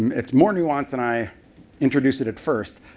it's more nuanced than i introduced it at first,